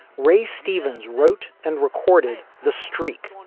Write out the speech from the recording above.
ray stevens wrote and recorded the streak,